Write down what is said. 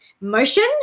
motion